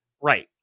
Right